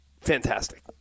fantastic